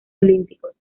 olímpicos